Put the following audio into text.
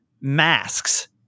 masks